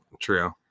True